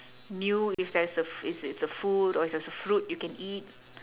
knew if there's a f~ it's it's a food or it's a fruit you can eat